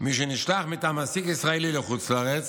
מי שנשלח מטעם מעסיק ישראלי לחוץ לארץ